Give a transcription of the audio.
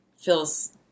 feels